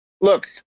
look